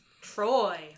Troy